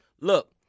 Look